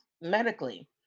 medically